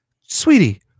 sweetie